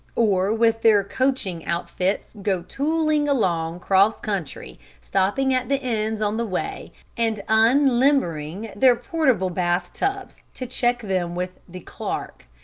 or with their coaching outfits go tooling along cross country, stopping at the inns on the way and unlimbering their portable bath-tubs to check them with the clark.